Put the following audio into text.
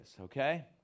okay